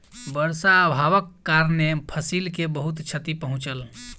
वर्षा अभावक कारणेँ फसिल के बहुत क्षति पहुँचल